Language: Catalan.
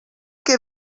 que